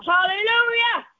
Hallelujah